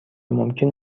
ممکن